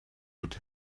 would